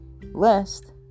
list